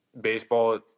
baseball